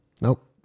Nope